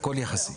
הכול יחסי.